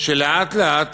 שלאט-לאט